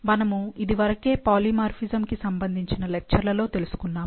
మనము ఇదివరకే పాలిమార్ఫిజమ్ కి సంబంధించిన లెక్చర్ల లో తెలుసుకున్నాము